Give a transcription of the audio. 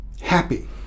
happy